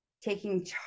taking